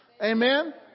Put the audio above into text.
Amen